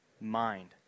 mind